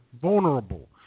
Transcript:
vulnerable